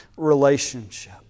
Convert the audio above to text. relationship